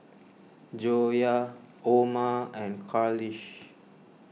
Joyah Omar and Khalish